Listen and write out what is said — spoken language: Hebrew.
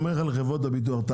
חברות הביטוח.